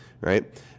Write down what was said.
right